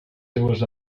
seues